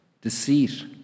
deceit